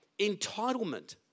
Entitlement